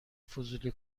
فضولی